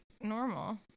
normal